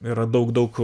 yra daug daug